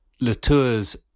Latour's